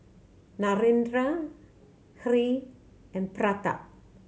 Narendra Hri and Pratap